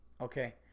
Okay